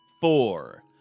four